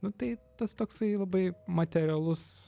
nu tai tas toksai labai materialus